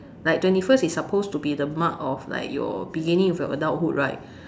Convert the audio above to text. like twenty first is supposed to be the mark of your beginning of your adulthood right